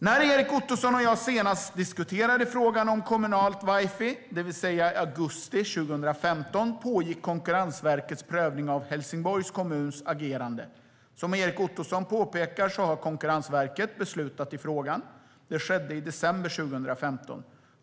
När Erik Ottoson och jag senast diskuterade frågan om kommunalt wifi, det vill säga i augusti 2015, pågick Konkurrensverkets prövning av Helsingborgs kommuns agerande. Som Erik Ottoson påpekar har Konkurrensverket beslutat i frågan. Det skedde i december 2015.